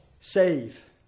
save